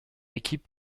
équipe